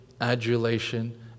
adulation